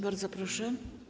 Bardzo proszę.